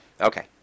Okay